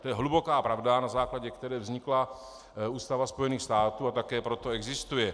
To je hluboká pravda, na základě které vznikla Ústava Spojených států a také proto existuje.